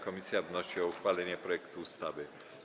Komisja wnosi o uchwalenie projektu ustawy.